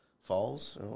falls